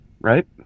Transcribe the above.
right